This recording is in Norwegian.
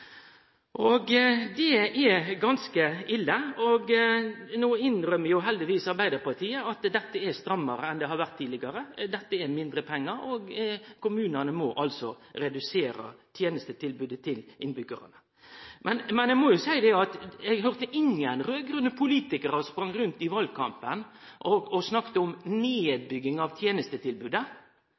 Det er ganske ille, og no innrømmer heldigvis Arbeidarpartiet at budsjettet er strammare enn det har vore tidlegare – dette er mindre pengar, og kommunane må altså redusere tenestetilbodet til innbyggjarane. Men eg må jo seie at eg høyrde ingen raud-grøne politikarar springe rundt i valkampen og snakke om nedbygging av tenestetilbodet.